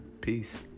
Peace